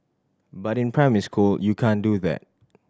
but in primary school you can't do that